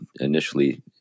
initially